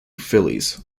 phillies